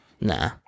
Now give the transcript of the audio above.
Nah